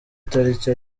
itariki